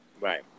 right